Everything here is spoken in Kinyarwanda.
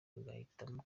agahitamo